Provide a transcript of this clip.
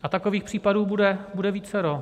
A takových případů bude vícero.